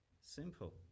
simple